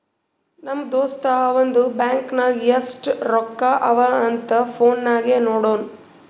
ನಮ್ ದೋಸ್ತ ಅವಂದು ಬ್ಯಾಂಕ್ ನಾಗ್ ಎಸ್ಟ್ ರೊಕ್ಕಾ ಅವಾ ಅಂತ್ ಫೋನ್ ನಾಗೆ ನೋಡುನ್